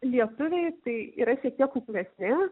lietuviai tai yra šiek tiek kuklesni